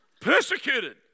Persecuted